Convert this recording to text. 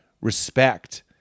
respect